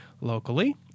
locally